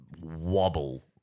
wobble